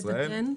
הוא איש קשר.